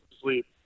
sleep